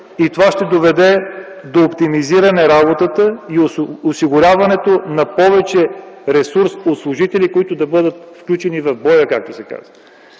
и ще доведе до оптимизиране работата и осигуряване на повече ресурс у служителите, които да бъдат включени „в боя”, както се казва,